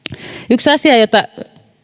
yksi asia jota